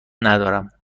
ندارم